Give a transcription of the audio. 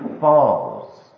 falls